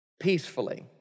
peacefully